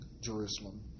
Jerusalem